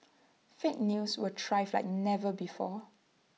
fake news will thrive like never before